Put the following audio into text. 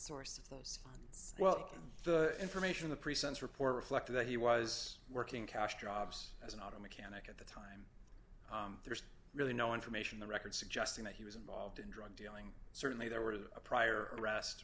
source of those funds well the information the presents report reflected that he was working cash jobs as an auto mechanic there's really no information the record suggesting that he was involved in drug dealing certainly there were a prior arrest